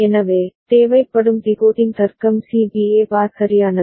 எனவே தேவைப்படும் டிகோடிங் தர்க்கம் C B A bar சரியானது